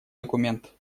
документ